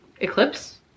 eclipse